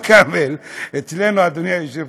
הלא כן, אבו כאמל?) אצלנו, אדוני היושב-ראש,